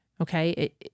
okay